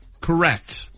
Correct